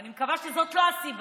ואני מקווה שזאת לא הסיבה,